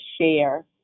share